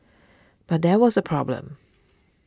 but there was a problem